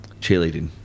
cheerleading